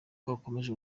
akomeje